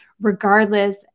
regardless